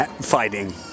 fighting